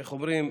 איך אומרים,